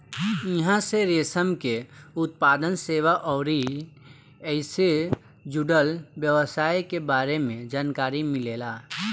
इहां से रेशम के उत्पादन, सेवा अउरी ऐइसे जुड़ल व्यवसाय के बारे में जानकारी मिलेला